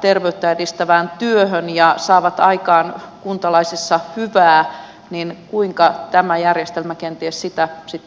terveyttä edistävään työhön ja saavat aikaan kuntalaisissa hyvää niin kuinka tämä järjestelmä kenties sitä sitten palkitsee